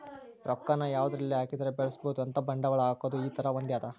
ರೊಕ್ಕ ನ ಯಾವದರಲ್ಲಿ ಹಾಕಿದರೆ ಬೆಳ್ಸ್ಬೊದು ಅಂತ ಬಂಡವಾಳ ಹಾಕೋದು ಈ ತರ ಹೊಂದ್ಯದ